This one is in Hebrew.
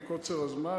מקוצר הזמן,